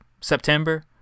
september